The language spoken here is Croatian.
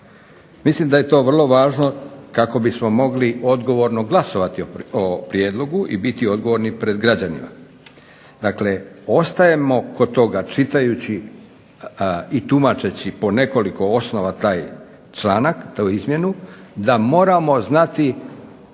Mislim da je to vrlo važno kako bismo mogli vrlo odgovorno glasovati o prijedlogu i biti odgovorni pred građanima. Dakle ostajemo kod toga čitajući i tumačeći po nekoliko osnova taj članak, tu izmjenu, da moramo znati